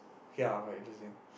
okay lah quite interesting